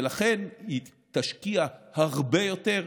ולכן היא תשקיע הרבה יותר.